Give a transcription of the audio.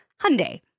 Hyundai